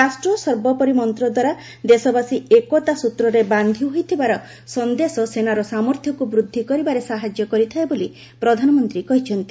ରାଷ୍ଟ୍ର ସର୍ବୋପରିର ମନ୍ତଦ୍ୱାରା ଦେଶବାସୀ ଏକତା ସ୍ବତ୍ରରେ ବାନ୍ଧି ହୋଇଥିବାର ସନ୍ଦେଶ ସେନାର ସାମର୍ଥ୍ୟକ୍ ବୃଦ୍ଧି କରିବାରେ ସାହାଯ୍ୟ କରିଥାଏ ବୋଲି ପ୍ରଧାନମନ୍ତ୍ରୀ କହିଛନ୍ତି